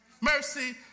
mercy